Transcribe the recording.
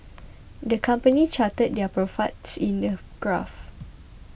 the company charted their profits in a graph